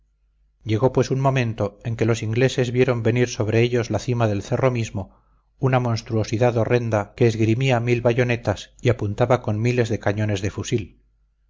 llegó pues un momento en que los ingleses vieron venir sobre ellos la cima del cerro mismo una monstruosidad horrenda que esgrimía mil bayonetas y apuntaba con miles de cañones de fusil